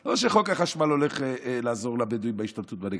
לא שחוק החשמל הולך לעזור לבדואים בהשתלטות בנגב,